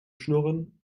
schnurren